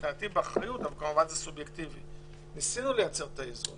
מבחינתי, באחריות, ניסינו לייצר את האיזון